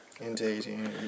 Indeed